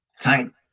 thank